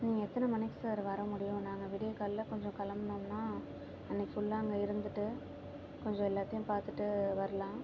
நீங்கள் எத்தனை மணிக்கு சார் வர முடியும் நாங்கள் விடியகாலைல கொஞ்சம் கிளம்புனோம்னா அன்னிக்கு ஃபுல்லாக அங்கே இருந்துட்டு கொஞ்சம் எல்லாத்தையும் பார்த்துட்டு வரலாம்